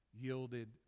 yielded